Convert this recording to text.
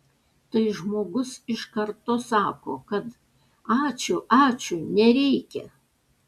tai žmogus iš karto sako kad ačiū ačiū nereikia